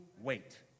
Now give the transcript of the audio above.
wait